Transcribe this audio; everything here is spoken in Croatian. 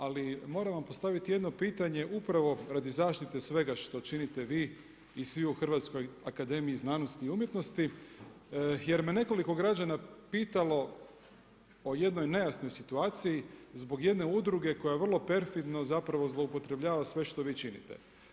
Ali moram vam postaviti jedno pitanje upravo radi zaštite svega što činite vi i svi u Hrvatskoj akademiji znanosti i umjetnosti jer me nekoliko građana pitalo o jednoj nejasnoj situaciji, zbog jedne udruge koja vrlo perfidno zapravo zloupotrebljava sve što vi činite.